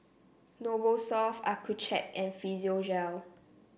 Novosource Accucheck and Physiogel